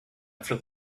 after